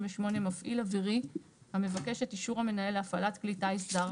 מפעיל אווירי המבקש את אישור המנהל להפעלת כלי טיס זר,